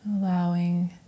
allowing